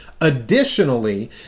Additionally